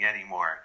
anymore